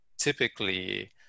typically